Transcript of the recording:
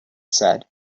said